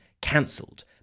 cancelled